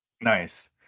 Nice